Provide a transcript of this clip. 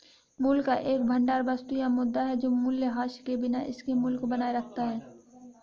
मूल्य का एक भंडार वस्तु या मुद्रा है जो मूल्यह्रास के बिना इसके मूल्य को बनाए रखता है